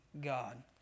God